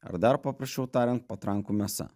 arba dar paprasčiau tariant patrankų mėsa